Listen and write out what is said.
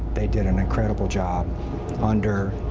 they did an incredible job under,